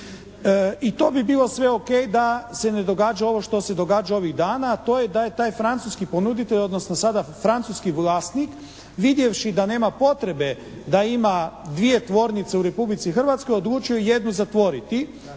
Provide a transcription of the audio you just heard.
I to bi bilo sve o.k. da se ne događa ovo što se događa ovih dana, a to je da je taj francuski ponuditelj, odnosno sada francuski vlasnik vidjevši da nema potrebe da ima dvije tvornice u Republici Hrvatskoj odlučio jednu zatvoriti